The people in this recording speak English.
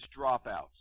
dropouts